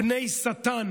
בני שטן